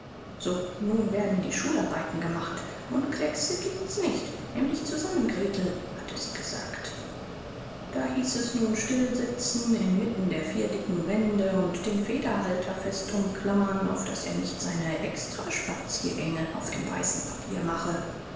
so nun werden die schularbeiten gemacht und klexe gibt's nicht nimm dich zusammen gretel hatte sie gesagt da hieß es nun stillsitzen inmitten der vier dicken wände und den federhalter fest umklammern auf daß er nicht seine extraspaziergänge auf dem weißen papier mache